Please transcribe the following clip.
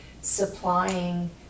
supplying